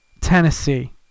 Tennessee